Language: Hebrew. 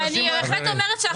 כשקרן.